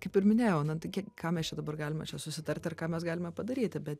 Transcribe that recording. kaip ir minėjau na tai kiek ką mes čia dabar galime čia susitart ar ką mes galime padaryti bet